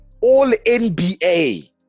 All-NBA